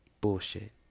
Bullshit